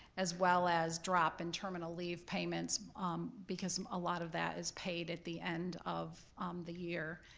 as well as drop and terminal leave payments because a lot of that is paid at the end of the year,